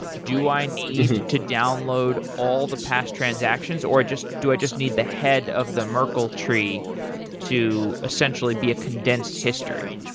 do i need to download all the past transactions, or do i just need the head of the merkle tree to essentially be a condensed history?